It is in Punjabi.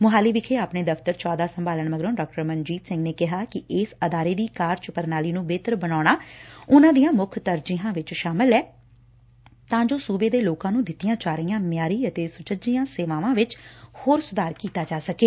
ਮੁਹਾਲੀ ਵਿਖੇ ਆਪਣੇ ਦਫ਼ਤਰ ਚ ਅਹੁੱਦਾ ਸੰਭਾਲਣ ਮਗਰੋ ਡਾ ਮਨਜੀਤ ਸਿੰਘ ਨੇ ਕਿਹਾ ਕਿ ਇਸ ਅਦਾਰੇ ਦੀ ਕਾਰਜ ਪ੍ਰਣਾਲੀ ਨੂੰ ਬਿਹਤਰ ਬਣਾਉਣਾ ਉਨੂਾ ਦੀਆਂ ਮੁੱਖ ਤਰਜੀਹਾਂ ਵਿਚ ਸ਼ਾਮਲ ਐ ਤਾਂ ਜੋ ਸੁਬੇ ਦੇ ਲੋਕਾਂ ਨੂੰ ਦਿੱਤੀਆਂ ਜਾ ਰਹੀਆਂ ਮਿਆਰੀ ਅਤੇ ਸੁਚੱਜੀਆਂ ਸੇਵਾਵਾਂ ਵਿਚ ਹੋਰ ਸੁਧਾਰ ਕੀਤਾ ਜਾ ਸਕੇ